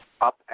up